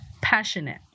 Passionate